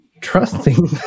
trusting